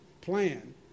plan